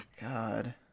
God